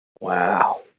Wow